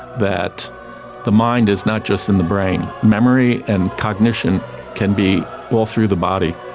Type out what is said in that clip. that the mind is not just in the brain. memory and cognition can be all through the body.